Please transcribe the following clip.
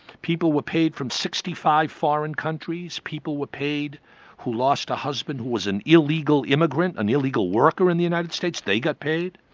people were paid from sixty five foreign countries, people were paid who lost a husband who was an illegal immigrant, an illegal worker in the united states, they got paid.